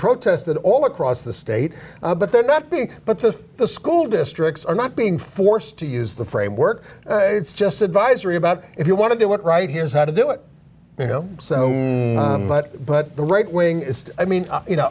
protest that all across the state but they're not being but the school districts are not being forced to use the framework it's just advisory about if you want to do it right here's how to do it you know so but but the right wing i mean you know